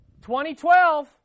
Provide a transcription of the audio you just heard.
2012